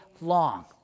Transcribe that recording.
long